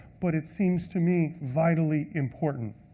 but it seems to me vitally important.